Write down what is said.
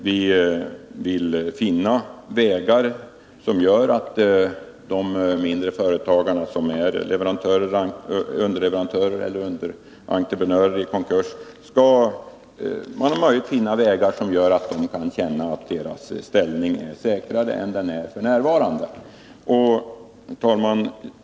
Vi vill finna vägar som gör att de mindre företagarna, som är underleverantörer eller underentreprenörer i konkurs, skall känna att deras ställning är säkrare än den är. fö Herr talman!